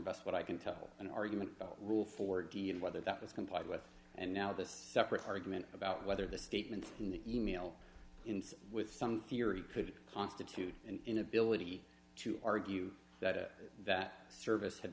just what i can tell an argument about rule forty and whether that was complied with and now this separate argument about whether the statements in the e mail with some theory could constitute an inability to argue that that service had